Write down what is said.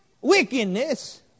wickedness